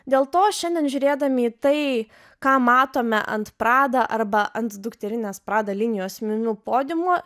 dėl to šiandien žiūrėdami tai ką matome ant prada arba ant dukterinės prada linijos miu miu podiumo